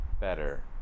Better